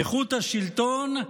איכות השלטון,